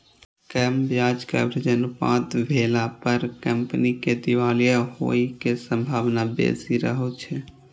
कम ब्याज कवरेज अनुपात भेला पर कंपनी के दिवालिया होइ के संभावना बेसी रहै छै